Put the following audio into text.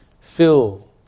fill